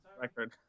record